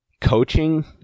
coaching